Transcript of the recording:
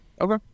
Okay